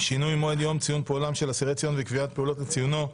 שינוי מועד יום ציון פועלם של אסירי ציון וקביעת פעולות לציונו),